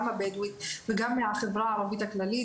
גם הבדואית וגם מהחברה הערבית הכללית,